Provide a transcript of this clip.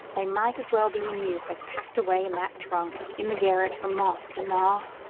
they might as well be in use as packed away in that trunk in the garret for moths to gnaw.